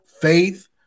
faith